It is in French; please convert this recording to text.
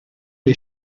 les